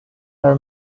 her